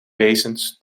wezens